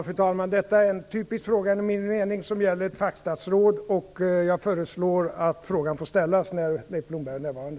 Fru talman! Detta är enligt min mening en typisk fråga till ett fackstatsråd. Jag föreslår att frågan ställs när Leif Blomberg är närvarande.